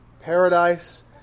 paradise